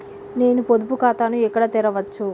నేను పొదుపు ఖాతాను ఎక్కడ తెరవచ్చు?